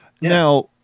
Now